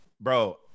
bro